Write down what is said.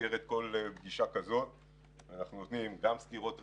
בכל פגישה כזאת אנחנו נותנים סקירות רקע,